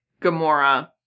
Gamora